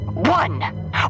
One